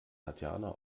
tatjana